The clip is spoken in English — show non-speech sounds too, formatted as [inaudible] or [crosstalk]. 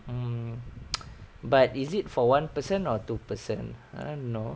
mm [noise] but is it for one person or two person I don't know